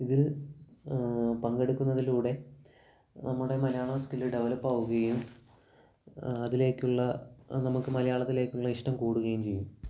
ഇതിൽ പങ്കെടുക്കുന്നതിലൂടെ നമ്മുടെ മലയാള സ്കില്ല് ഡെവലപ്പ് ആവുകയും അതിലേക്കുള്ള നമുക്ക് മലയാളത്തിലേക്കുള്ള ഇഷ്ടം കൂടുകയും ചെയ്യും